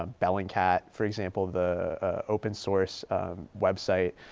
um bellingcat for example, the open source website,